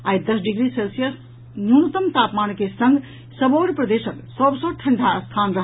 आई दस degree Celsius न्यूनतम तापमान के संग सबौर प्रदेशक सभ सँ ठंढ़ा स्थान रहल